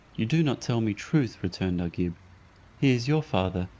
you do not tell me truth, returned agib he is your father,